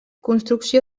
construcció